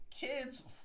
kids